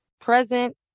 present